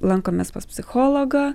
lankomės pas psichologą